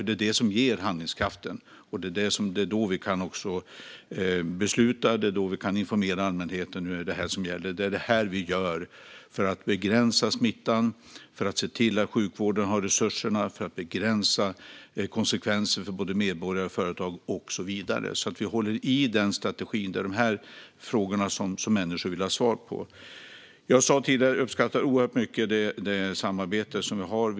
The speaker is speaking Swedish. Det är det som ger handlingskraften, det är då vi kan fatta beslut och det är då vi kan informera allmänheten om att nu är det det här som gäller: Det är det här vi gör för att begränsa smittan, för att se till att sjukvården har resurserna och för att begränsa konsekvenser för både medborgare och företag och så vidare. Så håller vi i den strategin och de frågor som människor vill ha svar på. Jag sa tidigare att jag uppskattar vårt samarbete oerhört mycket.